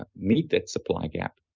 ah meet that supply gap.